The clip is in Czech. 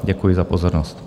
Děkuji za pozornost.